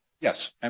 Yes